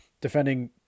defending